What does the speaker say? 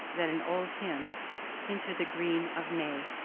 then an old hymn into the green of may,